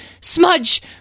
Smudge